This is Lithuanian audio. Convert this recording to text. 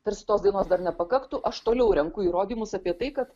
tarsi tos dainos dar nepakaktų aš toliau renku įrodymus apie tai kad